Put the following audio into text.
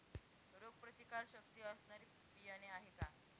रोगप्रतिकारशक्ती असणारी बियाणे आहे का?